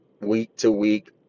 week-to-week